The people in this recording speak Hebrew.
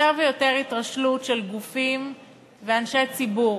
ויותר התרשלות של גופים ואנשי ציבור.